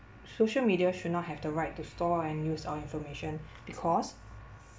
social media should not have the right to store and use our information because